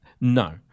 no